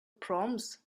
proms